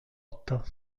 otto